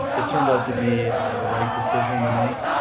it turned out to be the right decision to make.